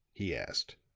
he asked.